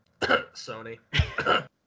Sony